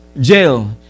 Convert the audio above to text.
jail